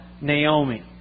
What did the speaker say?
Naomi